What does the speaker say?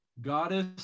goddess